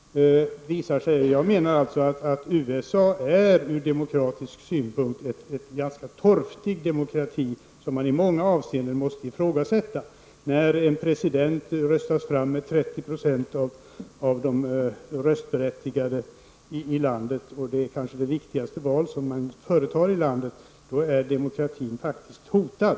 Jag menar att USA ur demokratisk synpunkt är en ganska torftig demokrati som man i många avseenden måste ifrågasätta. När en president röstas fram av 30 % av de röstberättigade i landet och det kanske är det viktigaste val man företar är demokratin faktiskt hotad.